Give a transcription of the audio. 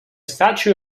statue